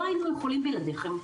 לא היינו יכולים בלעדיכם,